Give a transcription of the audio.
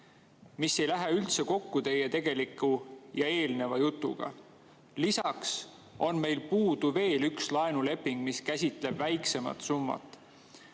mis ei lähe üldse kokku teie tegeliku ja eelneva jutuga. Lisaks on meil puudu veel üks laenuleping, mis käsitleb väiksemat summat.